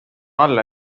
alla